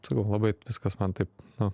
sakau labai viskas man taip nu